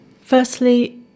Firstly